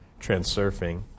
Transurfing